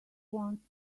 wants